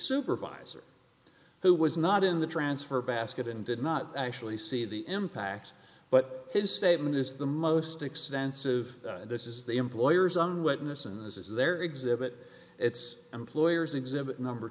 supervisor who was not in the transfer basket and did not actually see the impact but his statement is the most extensive this is the employer's own witness and this is their exhibit it's employers exhibit number